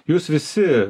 jūs visi